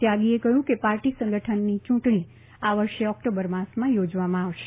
ત્યાગીએ કહ્યું કે પાર્ટી સંગઠનની યુંટણીમાં આ વર્ષે ઓકટોબર માસમાં યોજવામાં આવશે